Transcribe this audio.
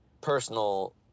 personal